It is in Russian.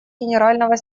генерального